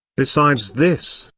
besides this,